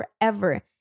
forever